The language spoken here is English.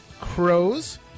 crows